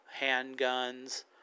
handguns